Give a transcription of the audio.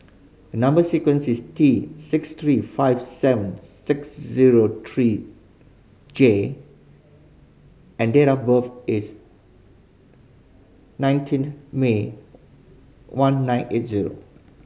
number sequence is T six three five seven six zero three J and date of birth is nineteenth May one nine eight zero